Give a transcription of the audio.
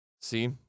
See